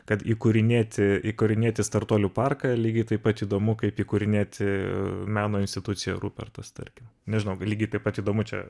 kad įkūrinėti įkūrinėti startuolių parką yra lygiai taip pat įdomu kaip įkūrinėti meno instituciją rupertas tarkim nežinau lygiai taip pat įdomu čia